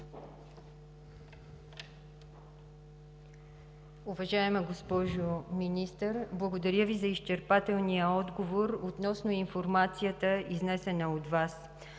Уважаема госпожо Министър, благодаря Ви за изчерпателния отговор относно информацията, изнесена от Вас.